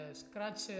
scratch